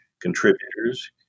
contributors